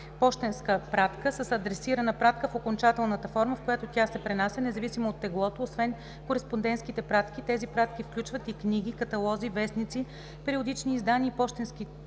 „пощенска пратка“ е адресиранa пратка в окончателната форма, в която тя се пренася, независимо от теглото; освен кореспондентските пратки, тези пратки включват и книги, каталози, вестници, периодични издания и пощенски